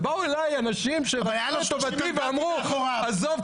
ובאו אליי אנשים שמתוך טובתי ואמרו: עזוב.